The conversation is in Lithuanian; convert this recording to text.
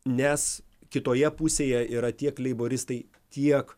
nes kitoje pusėje yra tiek leiboristai tiek